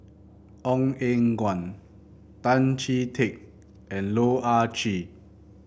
Ong Eng Guan Tan Chee Teck and Loh Ah Chee